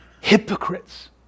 hypocrites